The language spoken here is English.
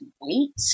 wait